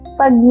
pag